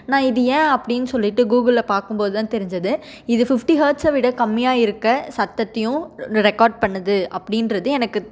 நான் இது ஏன் அப்படினு சொல்லிவிட்டு கூகுளில் பார்க்கும்போது தான் தெரிஞ்சது இது ஃபிஃப்ட்டி ஹெர்ட்ஸை விட கம்மியாக இருக்க சத்தத்தையும் ரெக்கார்ட் பண்ணுது அப்படின்றது எனக்கு